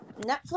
Netflix